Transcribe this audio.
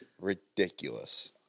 ridiculous